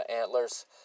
Antlers